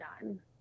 done